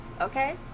Okay